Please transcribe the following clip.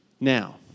Now